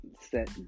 set